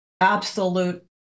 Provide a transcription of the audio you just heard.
absolute